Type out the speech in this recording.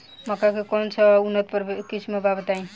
मक्का के कौन सा उन्नत किस्म बा बताई?